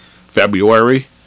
February